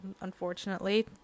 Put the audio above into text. unfortunately